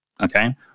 Okay